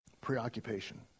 preoccupation